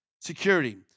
security